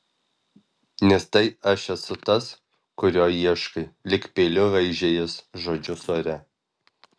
nes tai aš esu tas kurio ieškai lyg peiliu raižė jis žodžius ore